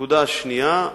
הנקודה השנייה,